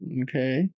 Okay